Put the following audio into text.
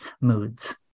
moods